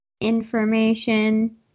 information